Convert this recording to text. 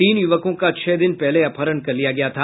तीनों यूवकों का छह दिन पहले अपहरण कर लिया गया था